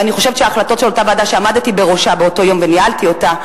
ואני חושבת שההחלטות של אותה ועדה שעמדתי בראשה באותו יום וניהלתי אותה,